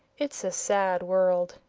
it's a sad world!